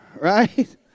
Right